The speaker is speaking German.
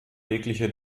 jegliche